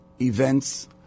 events